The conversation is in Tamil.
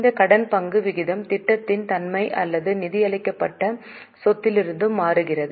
இந்த கடன் பங்கு விகிதம் திட்டத்தின் தன்மை அல்லது நிதியளிக்கப்பட்ட சொத்திலிருந்தும் மாறுகிறது